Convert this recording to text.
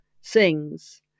sings